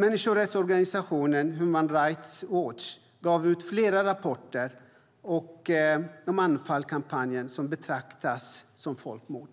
Människorättsorganisationen Human Rights Watch gav ut flera rapporter om Anfalkampanjen där den betraktas som folkmord.